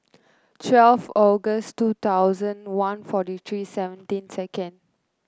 twelve August two thousand one forty three seventeen second